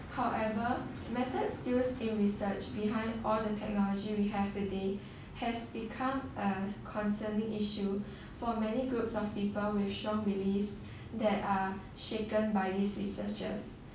however methods still skim research behind all the technology we have today has become a concerning issue for many groups of people with sharp beliefs that are shaken by these researchers